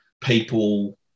people